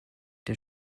der